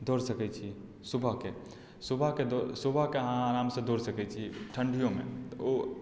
दौड़ि सकैत छी सुबहके सुबहके सुबहके अहाँ आरामसँ दौड़ि सकैत छी ठण्ढिओमे तऽ ओ